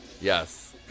Yes